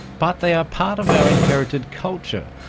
but they are part of our inherited culture,